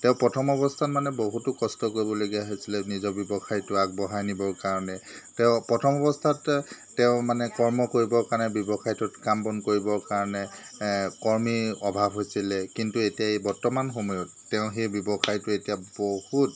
তেওঁ প্ৰথম অৱস্থাত মানে বহুতো কষ্ট কৰিবলগীয়া হৈছিলে নিজৰ ব্যৱসায়টো আগবঢ়াই নিবৰ কাৰণে তেওঁ প্ৰথম অৱস্থাত তে তেওঁ মানে কৰ্ম কৰিবৰ কাৰণে ব্যৱসায়টোত কাম বন কৰিবৰ কাৰণে কৰ্মীৰ অভাৱ হৈছিলে কিন্তু এতিয়া এই বৰ্তমান সময়ত তেওঁ সেই ব্যৱসায়টো এতিয়া বহুত